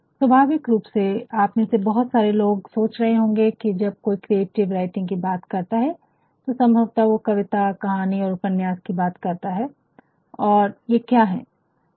स्वाभाविक रूप से आप में से बहुत सारे लोग सोच रहे होंगे कि जब कोई क्रिएटिव राइटिंग कि बात करता है तो संभवतः वो कविता कहानी और उपन्यास की बात करता है और ये क्या हैं